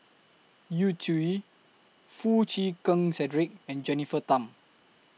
Yu Zhuye Foo Chee Keng Cedric and Jennifer Tham